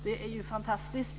Det är fantastiskt!